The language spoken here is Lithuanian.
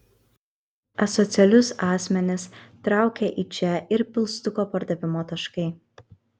asocialius asmenis traukia į čia ir pilstuko pardavimo taškai